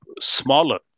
smaller